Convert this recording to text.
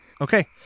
Okay